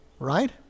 Right